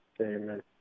Amen